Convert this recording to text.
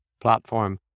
platform